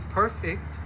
perfect